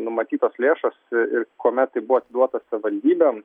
numatytos lėšos ir kuomet buvo atiduota savivaldybėm